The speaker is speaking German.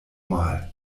mal